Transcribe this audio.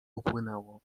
upłynęło